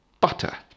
Butter